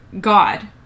God